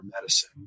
medicine